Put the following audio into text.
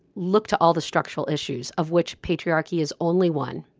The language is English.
look to all the structural issues of which patriarchy is only one,